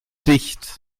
dicht